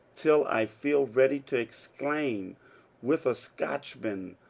till i feel ready to exclaim with a scotchman,